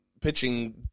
pitching